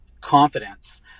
confidence